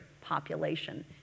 population